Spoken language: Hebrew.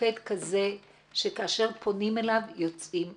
מוקד כזה שכאשר פונים אליו, יוצאים לדרך.